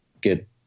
get